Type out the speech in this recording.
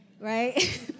right